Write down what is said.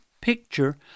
picture